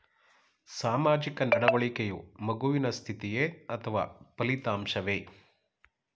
ಸಾಮಾಜಿಕ ನಡವಳಿಕೆಯು ಮಗುವಿನ ಸ್ಥಿತಿಯೇ ಅಥವಾ ಫಲಿತಾಂಶವೇ?